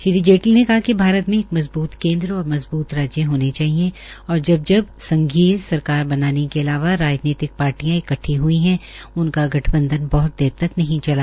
श्री जेटली ने कहा कि भारत को एक मजबूत केन्द्र और मजबूत राज्य सरकार होने चाहिए और जब जब संघीय सरकार बनाने के अलावा राजनीतिक पाट्रियां इकट्ठी हुई है उनका गठबंधन बहुत देर तक नहीं चला